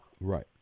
Right